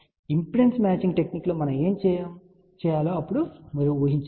కాబట్టి impedance matching టెక్నిక్లో మనం ఏమి చేయాలో ఇప్పుడు ఊహించుకోండి